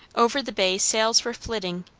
over the bay sails were flitting,